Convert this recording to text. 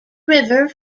river